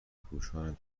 پوشان